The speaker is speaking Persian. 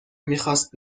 میخاست